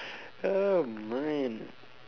oh man